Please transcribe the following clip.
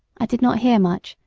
i did not hear much,